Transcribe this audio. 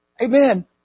Amen